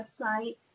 website